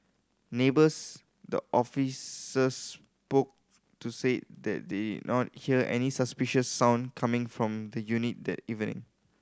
neighbours the officers spoke to said that they not hear any suspicious sound coming from the unit that even